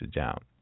out